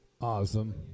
awesome